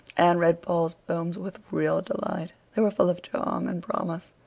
anne read paul's poems with real delight. they were full of charm and promise.